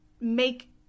make